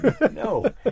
No